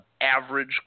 average